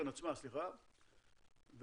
עצמה,